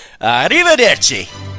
Arrivederci